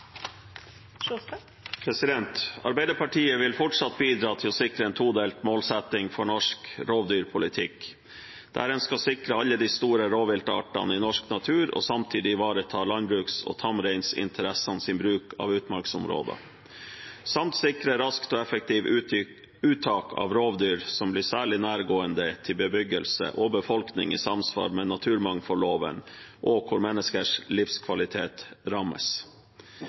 Arbeiderpartiet vil fortsatt bidra til å sikre en todelt målsetting for norsk rovdyrpolitikk. En skal sikre alle de store rovviltartene i norsk natur og samtidig ivareta landbruks- og tamreinsinteressenes bruk av utmarksområder samt sikre raskt og effektivt uttak av rovdyr som blir særlig nærgående til bebyggelse og befolkning, i samsvar med naturmangfoldloven, og der menneskers livskvalitet rammes.